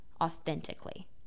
authentically